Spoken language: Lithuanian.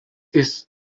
jis